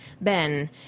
Ben